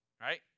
right